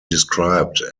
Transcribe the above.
described